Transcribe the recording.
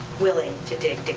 willing to dig, dig,